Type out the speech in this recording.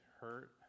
hurt